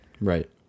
right